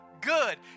good